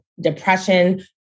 depression